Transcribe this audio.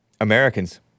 Americans